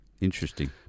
Interesting